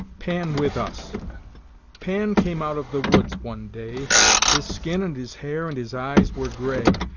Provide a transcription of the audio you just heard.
pan with us pan came out of the woods one day his skin and his hair and his eyes were gray,